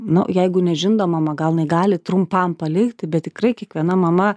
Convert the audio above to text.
nu jeigu nežindo mama gal jinai gali trumpam palikti bet tikrai kiekviena mama